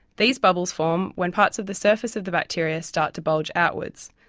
these bubbles form when parts of the surface of the bacteria start to bulge outwards,